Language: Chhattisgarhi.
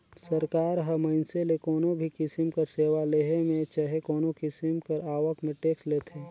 सरकार ह मइनसे ले कोनो भी किसिम कर सेवा लेहे में चहे कोनो किसिम कर आवक में टेक्स लेथे